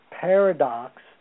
paradox